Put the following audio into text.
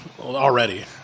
already